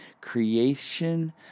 creation